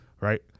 right